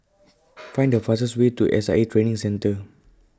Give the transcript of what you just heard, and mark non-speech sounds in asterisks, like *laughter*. *noise* Find The fastest Way to S I A Training Centre